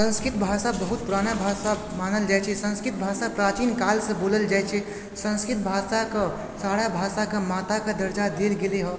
संस्कृत भाषा बहुत पुराना भाषा मानल जाइत छै संस्कृत भाषा प्राचीन कालसँ बोलल जाइत छै संस्कृत भाषाकऽ सारा भाषाके माताके दर्जा देल गेलय हँ